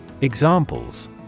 Examples